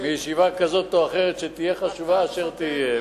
מישיבה כזאת או אחרת, חשובה כאשר תהיה.